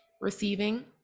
receiving